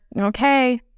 Okay